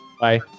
Bye